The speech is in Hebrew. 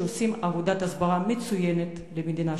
שעושים עבודת הסברה מצוינת למדינה שלנו.